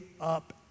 up